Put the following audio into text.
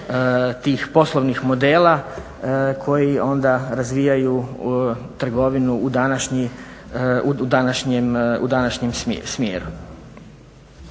tih poslovnih modela koji onda razvijaju trgovinu u današnjem smjeru.